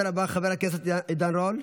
הדובר הבא, חבר הכנסת עידן רול.